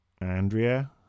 Andrea